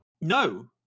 no